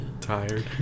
Tired